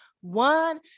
one